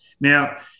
Now